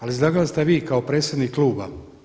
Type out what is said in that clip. Ali izlagali ste vi kao predsjednik Kluba.